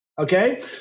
Okay